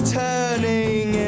turning